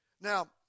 Now